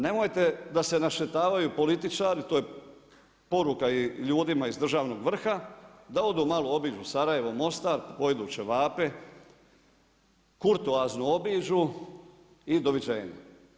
Nemojte da se našetavaju političari, to je poruka i ljudima iz državnog vrha, da odu, malo obiđu Sarajevo, Mostar, pojedu ćevape, kurtoazno obiđu i doviđenja.